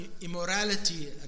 immorality